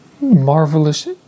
marvelous